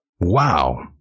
Wow